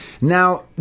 Now